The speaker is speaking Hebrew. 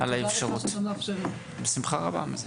בשמחה רבה.